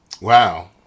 Wow